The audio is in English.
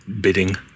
Bidding